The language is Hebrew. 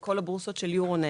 כל הבורסות של Euronext,